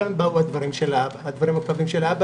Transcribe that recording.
ומכאן באו הדברים הקודמים של האבא,